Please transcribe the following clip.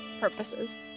purposes